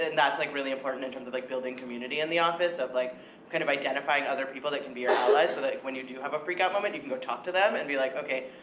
and that's like really important, in terms of like building community in the office of like kind of identifying other people that can be your ally, so that when you do have a freak out moment, you can go talk to them, and be like, okay,